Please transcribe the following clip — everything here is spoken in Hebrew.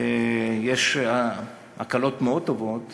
יש הקלות מאוד טובות